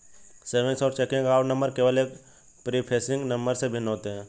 savings और checking account number केवल एक प्रीफेसिंग नंबर से भिन्न होते हैं